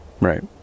right